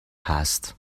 هست